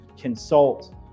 consult